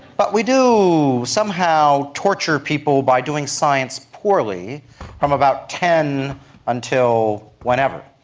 but we do somehow torture people by doing science poorly from about ten until whenever.